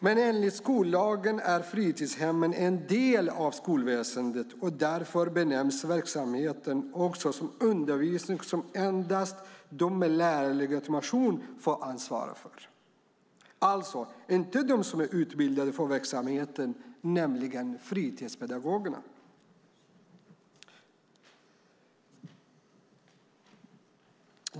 Men enligt skollagen är fritidshemmen en del av skolväsendet, och därför benämns verksamheten som undervisning som endast de med lärarlegitimation får ansvara för, alltså inte de som är utbildade för verksamheten, nämligen fritidspedagogerna.